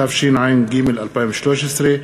התשע"ג 2013,